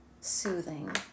soothing